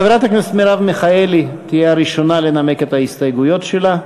חברת הכנסת מרב מיכאלי תהיה ראשונה לנמק את ההסתייגויות שלה.